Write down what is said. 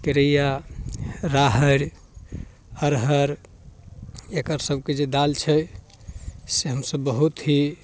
केरैआ राहरि अरहर एकरसबके जे दालि छै से हमसब बहुत ही